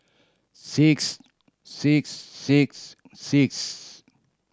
six six six six